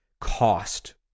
cost